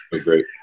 great